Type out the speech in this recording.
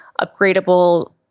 upgradable